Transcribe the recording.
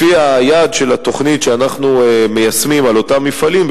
לפי היעד של התוכנית שאנחנו מיישמים על אותם מפעלים,